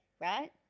right